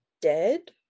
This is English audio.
dead